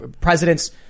president's